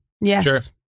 Yes